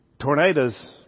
Tornadoes